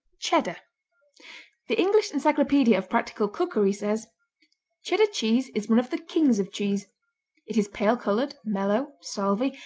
cheddar the english encyclopedia of practical cookery says cheddar cheese is one of the kings of cheese it is pale coloured, mellow, salvy,